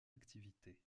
activité